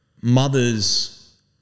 mother's